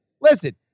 listen